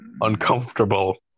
Uncomfortable